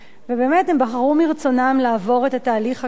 הם בחרו מרצונם לעבור את התהליך הקשה הזה,